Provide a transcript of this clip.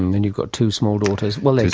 and and you've two small daughters. well,